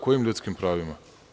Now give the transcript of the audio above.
Kojim ljudskim pravima?